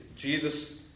Jesus